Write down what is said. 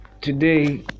Today